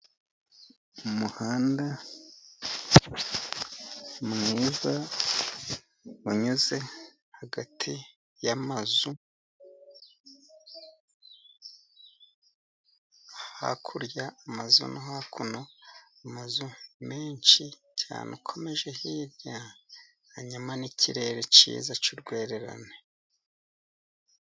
Umuhanda mwiza unyuze hagati y'amazu. Hakurya amazu no hakuno amazu menshi cyane, ukomeje hirya, hanyuma n'ikirere cyiza cy'urwererane.